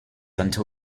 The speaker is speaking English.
until